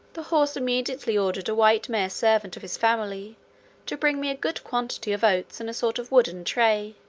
the horse immediately ordered a white mare servant of his family to bring me a good quantity of oats in a sort of wooden tray.